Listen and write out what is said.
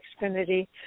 Xfinity